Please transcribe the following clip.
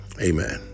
Amen